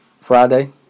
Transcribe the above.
Friday